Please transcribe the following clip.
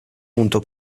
junto